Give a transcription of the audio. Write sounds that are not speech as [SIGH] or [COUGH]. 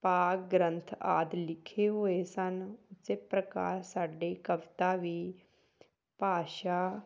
[UNINTELLIGIBLE] ਗ੍ਰੰਥ ਆਦਿ ਲਿਖੇ ਹੋਏ ਸਨ ਇਸੇ ਪ੍ਰਕਾਰ ਸਾਡੇ ਕਵਿਤਾ ਵੀ ਭਾਸ਼ਾ